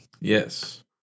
Yes